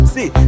See